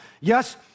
Yes